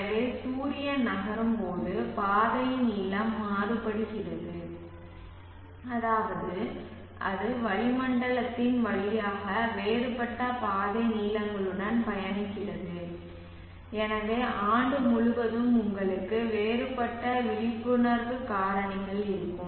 எனவே சூரியன் நகரும்போது பாதையின் நீளம் மாறுபடுகிறது அதாவது அது வளிமண்டலத்தின் வழியாக வேறுபட்ட பாதை நீளங்களுடன் பயணிக்கிறது எனவே ஆண்டு முழுவதும் உங்களுக்கு வேறுபட்ட விழிப்புணர்வு காரணிகள் இருக்கும்